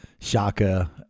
Shaka